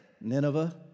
Nineveh